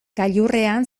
gailurrean